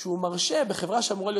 שהוא מרשה, בחברה שאמורה להיות